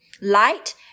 light